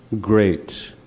great